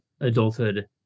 adulthood